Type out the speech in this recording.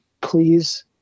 please